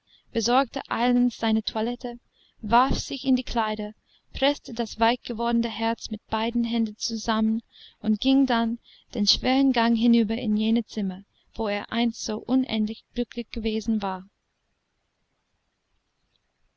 besorgte eilends seine toilette warf sich in die kleider preßte das weichgewordene herz mit beiden händen zusammen und ging dann den schweren gang hinüber in jene zimmer wo er einst so unendlich glücklich gewesen war